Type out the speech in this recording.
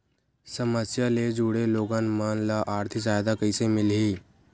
समस्या ले जुड़े लोगन मन ल आर्थिक सहायता कइसे मिलही?